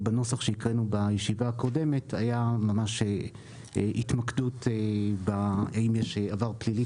בנוסח שהקראנו בישיבה הקודמת הייתה ממש התמקדות באין עבר פלילי